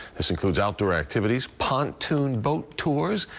this includes outdoor activities, pontoon boat tours,